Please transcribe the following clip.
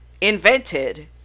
invented